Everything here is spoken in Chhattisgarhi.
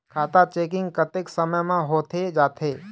खाता चेकिंग कतेक समय म होथे जाथे?